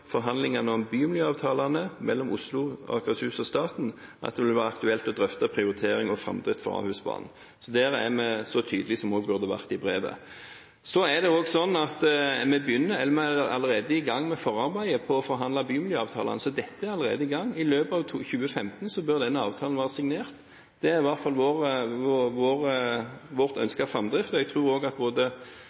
forhandlingene om bymiljøavtalene mellom Oslo og Akershus og staten at det vil være aktuelt å drøfte prioritering av og framdrift for Ahusbanen. Der er vi tydelige – som vi også burde vært i brevet. Vi er allerede i gang med forarbeidet til det å forhandle om bymiljøavtalene. I løpet av 2015 bør denne avtalen være signert. Det er i hvert fall vårt ønske når det gjelder framdrift. Jeg tror at både Oslo og